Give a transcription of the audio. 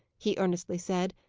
he earnestly said.